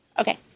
Okay